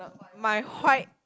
my white